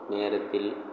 நேரத்தில்